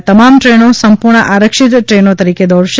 આ તમામ ટ્રેનો સંપૂર્ણ આરક્ષિત ટ્રેનો તરીકે દોડશે